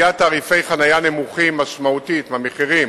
גביית תעריפי חנייה נמוכים משמעותית מהמחירים